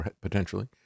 potentially